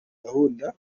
gahunda